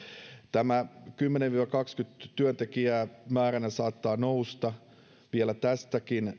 tämä kymmenen viiva kaksikymmentä työntekijää määränä saattaa vielä tästäkin